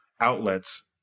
outlets